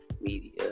media